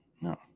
No